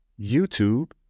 YouTube